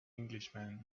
englishman